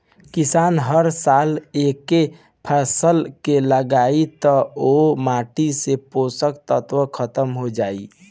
किसान हर साल एके फसल के लगायी त ओह माटी से पोषक तत्व ख़तम हो जाई